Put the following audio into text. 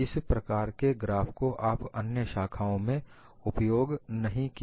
इस प्रकार के ग्राफ को आपका अन्य शाखाओं में उपयोग नहीं किया